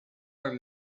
are